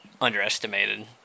underestimated